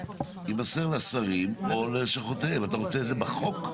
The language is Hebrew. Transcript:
יימסר לשרים או בלשכותיהם אתה רוצה את זה בחוק?